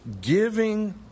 Giving